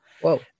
Whoa